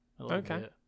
Okay